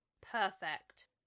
Perfect